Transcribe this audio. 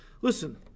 Listen